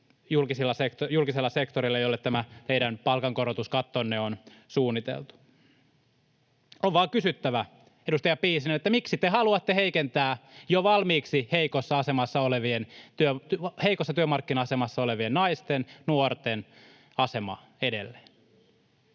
julkisella sektorilla, jolle tämä teidän palkankorotuskattonne on suunniteltu. On vain kysyttävä, edustaja Piisinen: miksi te haluatte heikentää jo valmiiksi heikossa työmarkkina-asemassa olevien naisten ja nuorten asemaa edelleen?